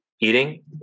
eating